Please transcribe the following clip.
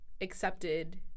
accepted